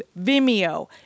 Vimeo